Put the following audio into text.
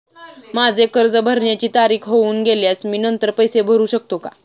माझे कर्ज भरण्याची तारीख होऊन गेल्यास मी नंतर पैसे भरू शकतो का?